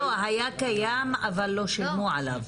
היה קיים אבל לא שילמו עליו.